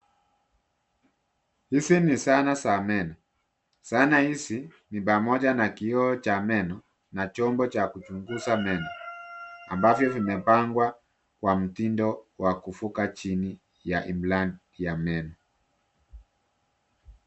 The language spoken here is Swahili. Hizi ni zana za meno, zana hizi ni pamoja na kioo cha meno na chombo cha kuchunguza meno ambavyo vimepangwa kwa mtindo wa kuvuka chini ya imla ya meno.